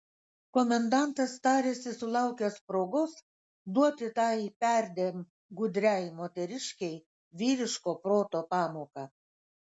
komendantas tarėsi sulaukęs progos duoti tai perdėm gudriai moteriškei vyriško proto pamoką